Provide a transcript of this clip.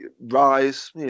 Rise